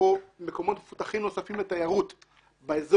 או מקומות מפותחים נוספים לתיירות באזור,